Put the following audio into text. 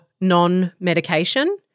non-medication